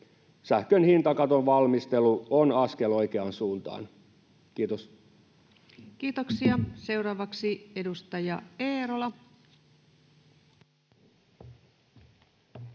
Sähkön hintakaton valmistelu on askel oikeaan suuntaan. — Kiitos. Kiitoksia. — Seuraavaksi edustaja Eerola. Arvoisa